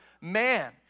man